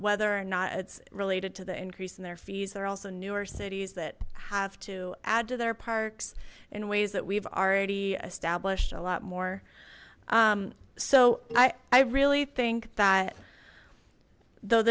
whether or not it's related to the increase in their fees they're also newer cities that have to add to their parks in ways that we've already established a lot more so i really think that